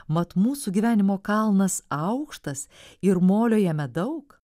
mat mūsų gyvenimo kalnas aukštas ir molio jame daug